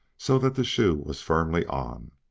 so that the shoe was firmly on.